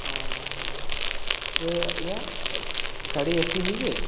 ହଁ ହଁ ଯେ ଆଜ୍ଞା ଗାଡ଼ି ଏ ସି ହେଇଛେ